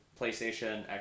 PlayStation